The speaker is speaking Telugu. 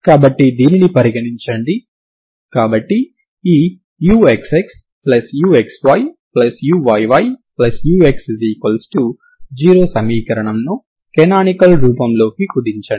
కాబట్టి దీనిని పరిగణించండి కాబట్టి ఈ uxxuxyuyyux0 సమీకరణం ను కనానికల్ రూపంలోకి కుదించండి